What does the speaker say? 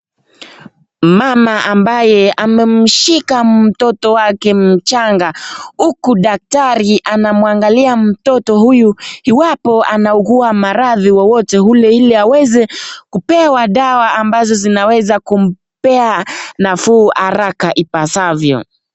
Mama ambaye amememshika mtoto wake mchanga huku daktari anamwangalia mtoto huyu iwapo anaugua maradhi wowote ule ili aweze kupewa dawa ambazo zinaweza kumpea nafuu haraka ipasavyo.